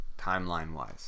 timeline-wise